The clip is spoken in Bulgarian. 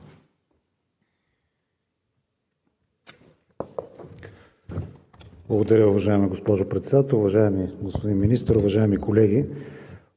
Благодаря, уважаема госпожо Председател. Уважаеми господин Министър, уважаеми колеги!